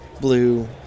blue